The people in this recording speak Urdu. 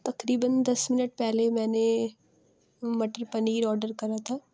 تقریباً دس منٹ پہلے میں نے مٹر پنیر آرڈر کرا تھا